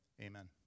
Amen